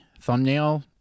thumbnail